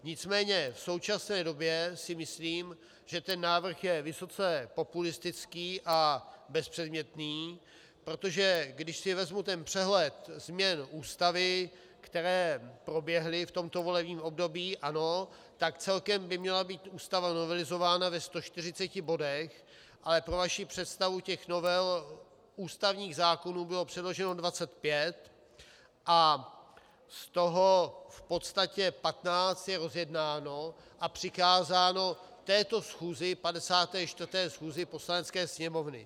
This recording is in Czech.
Nicméně v současné době si myslím, že ten návrh je vysoce populistický a bezpředmětný, protože když si vezmu ten přehled změn Ústavy, které proběhly v tomto volebním období, ano, tak celkem by měla být Ústava novelizována ve 140 bodech, ale pro vaši představu, těch novel ústavních zákonů bylo předloženo 25 a z toho v podstatě 15 je rozjednáno a přikázáno této schůzi, 54. schůzi Poslanecké sněmovny.